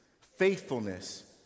faithfulness